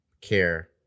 care